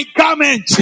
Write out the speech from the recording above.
comment